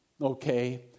okay